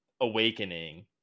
awakening